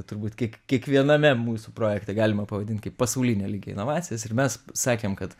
turbūt kiek kiekviename mūsų projekte galima pavadinti kaip pasaulinio lygio inovacijas ir mes sakėm kad